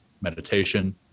meditation